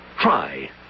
Try